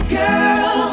girl